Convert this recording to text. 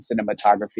cinematography